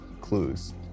clues